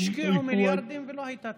השקיעו מיליארדים ולא הייתה תמורה.